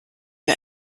wir